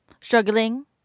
Struggling